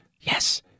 yes